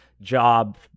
job